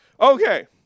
Okay